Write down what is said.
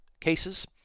cases